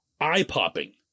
eye-popping